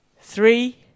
three